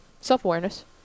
Self-awareness